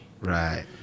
Right